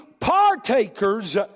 partakers